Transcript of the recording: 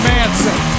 Manson